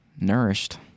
nourished